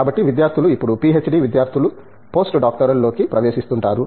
కాబట్టి విద్యార్థులు ఇప్పుడు పీహెచ్డీ విద్యార్థులు పోస్ట్డాక్టోరల్ లోకి ప్రవేశిస్తుంటారు